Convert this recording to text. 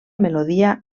melodia